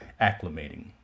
acclimating